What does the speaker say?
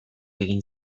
egin